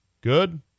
Good